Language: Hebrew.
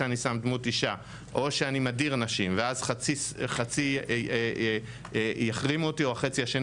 שם דמות אישה או שהוא מדיר נשים ואז חצי יחרימו אותי או החצי השני